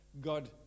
God